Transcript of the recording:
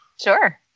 Sure